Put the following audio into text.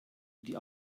die